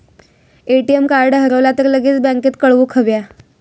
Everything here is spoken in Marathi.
ए.टी.एम कार्ड हरवला तर लगेच बँकेत कळवुक हव्या